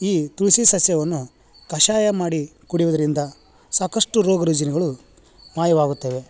ಈ ತುಳಸಿ ಸಸ್ಯವನ್ನು ಕಷಾಯ ಮಾಡಿ ಕುಡಿಯುವುದರಿಂದ ಸಾಕಷ್ಟು ರೋಗ ರುಜಿನಗಳು ಮಾಯವಾಗುತ್ತವೆ